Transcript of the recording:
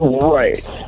Right